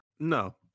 No